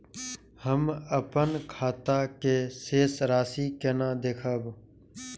हम अपन खाता के शेष राशि केना देखब?